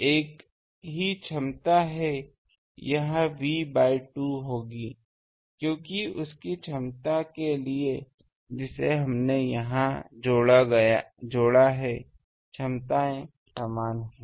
यह एक ही क्षमता है यह V बाय 2 होगी क्योंकि उसी क्षमता के लिए जिसे हमने यहाँ जोड़ा है क्षमताएँ समान हैं